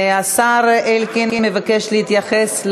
השר אלקין מבקש להתייחס.